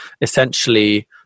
essentially